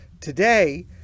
Today